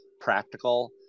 practical